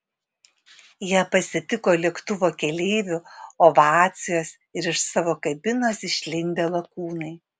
ją pasitiko lėktuvo keleivių ovacijos ir iš savo kabinos išlindę lakūnai